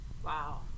Wow